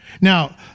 Now